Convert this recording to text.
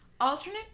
Alternate